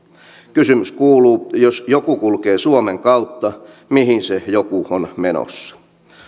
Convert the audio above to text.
kysymys kuuluu jos joku kulkee suomen kautta mihin se joku on menossa